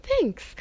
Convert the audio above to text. thanks